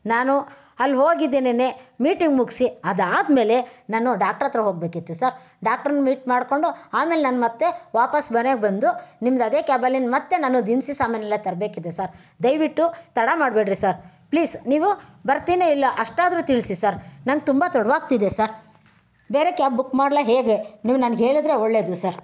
ನಾನು ಅಲ್ಲಿ ಹೋಗಿದ್ದೆ ನಿನ್ನೆ ಮೀಟಿಂಗ್ ಮುಗಿಸಿ ಅದಾದ್ಮೇಲೆ ನಾನು ಡಾಕ್ಟ್ರ ಹತ್ರ ಹೋಗಬೇಕಿತ್ತು ಸರ್ ಡಾಕ್ಟ್ರನ್ನು ಮೀಟ್ ಮಾಡಿಕೊಂಡು ಆಮೇಲೆ ನಾನು ಮತ್ತೆ ವಾಪಸ್ ಮನೆಗೆ ಬಂದು ನಿಮ್ಮದದೇ ಕ್ಯಾಬಲ್ಲಿ ಮತ್ತೆ ನಾನು ದಿನಸಿ ಸಾಮಾನೆಲ್ಲ ತರಬೇಕಿದೆ ಸರ್ ದಯವಿಟ್ಟು ತಡ ಮಾಡ್ಬೇಡ್ರಿ ಸರ್ ಪ್ಲೀಸ್ ನೀವು ಬರ್ತೀನಿ ಇಲ್ಲ ಅಷ್ಟಾದರೂ ತಿಳಿಸಿ ಸರ್ ನಂಗೆ ತುಂಬ ತಡವಾಗ್ತಿದೆ ಸರ್ ಬೇರೆ ಕ್ಯಾಬ್ ಬುಕ್ ಮಾಡ್ಲಾ ಹೇಗೆ ನೀವು ನನ್ಗೆ ಹೇಳಿದ್ರೆ ಒಳ್ಳೆಯದು ಸರ್